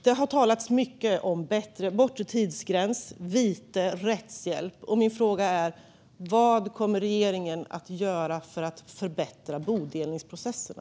Det har talats mycket om en bortre tidsgräns, vite och rättshjälp. Min fråga är: Vad kommer regeringen att göra för att förbättra bodelningsprocesserna?